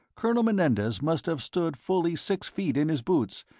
colonel menendez must have stood fully six feet in his boots,